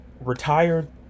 Retired